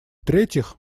третьих